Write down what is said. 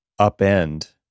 upend